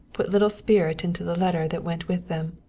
put little spirit into the letter that went with them.